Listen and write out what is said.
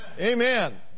Amen